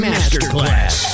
Masterclass